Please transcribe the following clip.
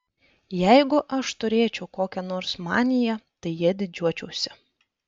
jeigu aš turėčiau kokią nors maniją tai ja didžiuočiausi